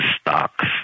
stocks